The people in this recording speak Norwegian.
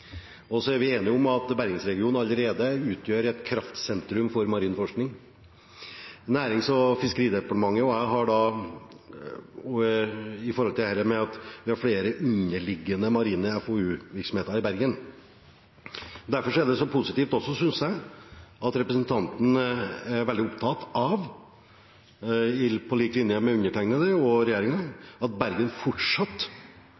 Så er vi enige om at Bergensregionen allerede utgjør et kraftsentrum for marin forskning. Nærings- og fiskeridepartementet og jeg har vært opptatt av at vi har flere underliggende marine FoU-virksomheter i Bergen. Derfor er det positivt, synes jeg, at også representanten er veldig opptatt av – på lik linje med undertegnede og